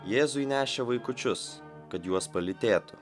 jėzui nešė vaikučius kad juos palytėtų